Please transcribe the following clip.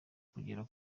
kugera